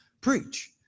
preach